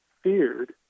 feared